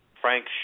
Frank